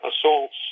assaults